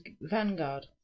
vanguard